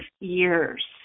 years